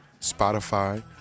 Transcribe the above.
Spotify